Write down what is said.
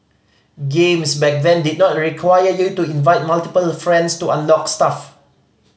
games back then did not require you to invite multiple friends to unlock stuff